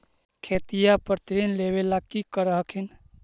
खेतिया पर ऋण लेबे ला की कर हखिन?